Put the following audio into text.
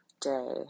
day